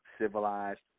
civilized